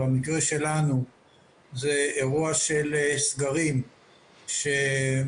ובמקרה שלנו זה אירוע של סגרים שמשתמשים